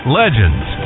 legends